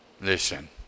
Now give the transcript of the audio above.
Listen